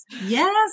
Yes